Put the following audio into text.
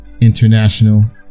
International